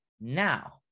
Now